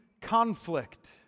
conflict